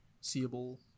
seeable